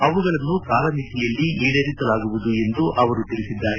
ಅವುಗಳನ್ನು ಕಾಲಮಿತಿಯಲ್ಲಿ ಈಡೇರಿಸಲಾಗುವುದು ಎಂದು ಅವರು ತಿಳಿಸಿದ್ದಾರೆ